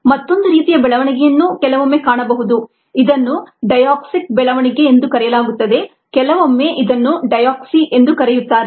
ಮತ್ತೊಂದು ರೀತಿಯ ಬೆಳವಣಿಗೆಯನ್ನು ಕೆಲವೊಮ್ಮೆ ಕಾಣಬಹುದು ಇದನ್ನು ಡಯಾಕ್ಸಿಕ್ ಬೆಳವಣಿಗೆ ಎಂದು ಕರೆಯಲಾಗುತ್ತದೆ ಕೆಲವೊಮ್ಮೆ ಇದನ್ನು ಡಯಾಕ್ಸಿ ಎಂದು ಕರೆಯುತ್ತಾರೆ